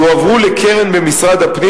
יועברו לקרן במשרד הפנים,